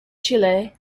chile